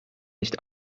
nicht